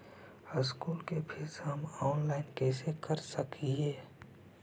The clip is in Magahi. स्कूल के फीस हम ऑनलाइन कैसे जमा कर सक हिय?